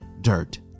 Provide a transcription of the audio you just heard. dirt